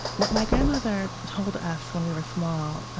what my grandmother told us when we were small,